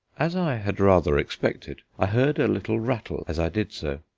as i had rather expected, i heard a little rattle as i did so,